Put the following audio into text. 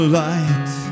light